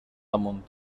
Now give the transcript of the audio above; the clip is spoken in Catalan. damunt